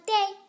Day